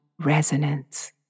resonance